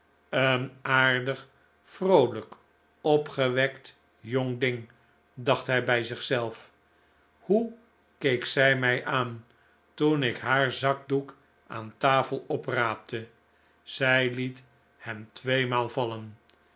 een aardig vroolijk opgewekt jong ding dacht hij bij zichzelf hoe keek zij mij aan toen ik haar zakdoek aan tafel opraapte zij liet hem tweemaal vallen